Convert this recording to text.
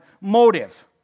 motive